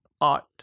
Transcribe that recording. art